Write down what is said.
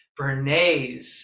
Bernays